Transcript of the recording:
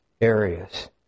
areas